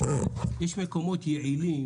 יש מקומות יעילים